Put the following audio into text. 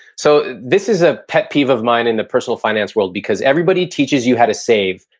so this is a pet peeve of mine in the personal finance world because everybody teaches you how to save,